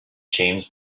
james